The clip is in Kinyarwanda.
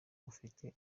ufite